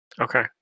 Okay